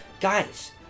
Guys